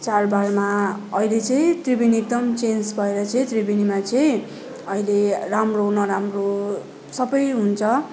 चाडबाडमा अहिले चाहिँ त्रिवेणी एकदम चेन्ज भएर चाहिँ त्रिवेणीमा चाहिँ अहिले राम्रो नराम्रो सबै हुन्छ